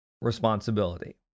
responsibility